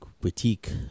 critique